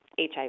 HIV